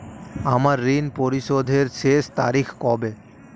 আমার ঋণ পরিশোধের শেষ তারিখ কবে?